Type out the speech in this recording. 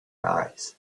eyes